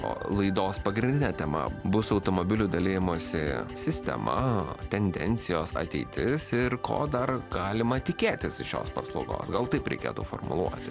o laidos pagrindinė tema bus automobilių dalijimosi sistema tendencijos ateitis ir ko dar galima tikėtis iš šios paslaugos gal taip reikėtų formuluoti